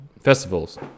festivals